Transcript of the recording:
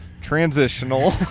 transitional